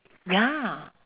ya